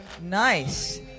nice